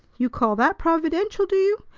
you call that providential, do you?